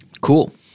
Cool